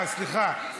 סליחה.